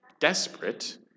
desperate